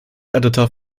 editor